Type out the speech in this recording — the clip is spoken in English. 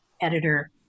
editor